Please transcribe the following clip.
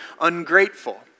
ungrateful